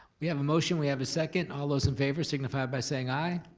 we have a motion, we have a second. all those in favor, signify it by saying i.